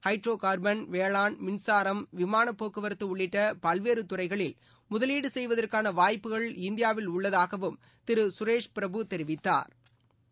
hydro carbon வேளாண் மின்சாரம் விமான போக்குவரத்து உள்ளிட்ட பல்வேறு துறைகளில் முதலீடு செய்வதற்கான வாய்ப்புகள் இந்தியாவில் உள்ளதாகவும் திரு சுரேஷ் பிரபு தெரிவித்தாா்